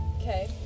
Okay